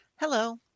Hello